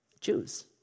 Jews